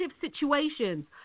situations